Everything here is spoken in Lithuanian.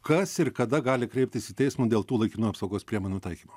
kas ir kada gali kreiptis į teismą dėl tų laikinų apsaugos priemonių taikymo